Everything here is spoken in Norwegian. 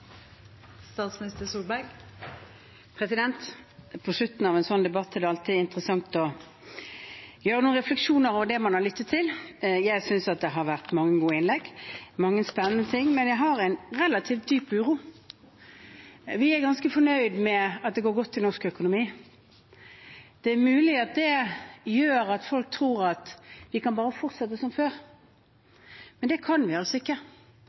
sånn debatt er det alltid interessant å gjøre seg noen refleksjoner over det man har lyttet til. Jeg synes at det har vært mange gode innlegg, mange spennende ting, men jeg har en relativt dyp uro: Vi er ganske fornøyd med at det går godt i norsk økonomi. Det er mulig at det gjør at folk tror at vi bare kan fortsette som før, men det kan vi altså ikke.